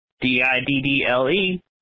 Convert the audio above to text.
D-I-D-D-L-E